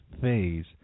phase